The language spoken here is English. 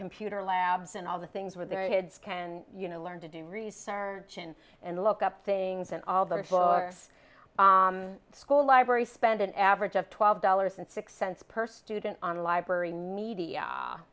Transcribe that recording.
computer labs and all the things with their kids can you know learn to do research and and look up things and all them for school library spend an average of twelve dollars and six cents per student on library media